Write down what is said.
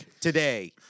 today